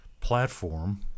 platform